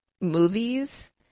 movies